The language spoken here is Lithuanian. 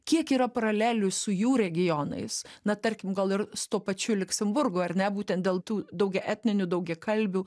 kiek yra paralelių su jų regionais na tarkim gal ir su tuo pačiu liuksemburgu ar ne būtent dėl tų daugiaetninių daugiakalbių